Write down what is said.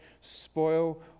spoil